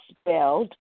spelled